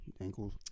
Ankles